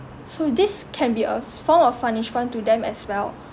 so this can be a form of punishment to them as well